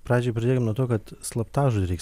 pradžiai pradėkim nuo to kad slaptažodį reiks